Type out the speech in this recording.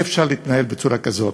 אי-אפשר להתנהל בצורה כזאת.